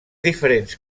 diferents